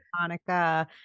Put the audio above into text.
Monica